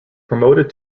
promoted